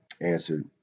answered